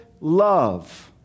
love